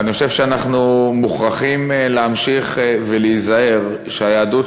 ואני חושב שאנחנו מוכרחים להמשיך ולהיזהר שהיהדות